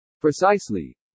Precisely